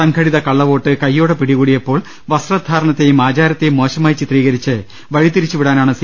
സംഘടിത കള്ളവോട്ട് കയ്യോടെ പിടികൂടിയപ്പോൾ വസ്ത്രധാരണ ത്തെയും ആചാരത്തെയും മോശമായി ചിത്രീകരിച്ച് വഴിതിരിച്ചുവിടാനാണ് സി